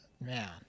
man